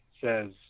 says